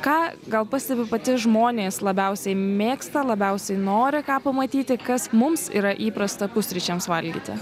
ką gal pastebi pati žmonės labiausiai mėgsta labiausiai nori ką pamatyti kas mums yra įprasta pusryčiams valgyti